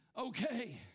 okay